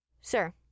Sir